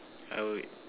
I would